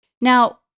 Now